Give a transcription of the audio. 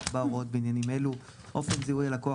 יקבע הוראות בעניינים אלה: אופן זיהוי הלקוח